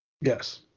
Yes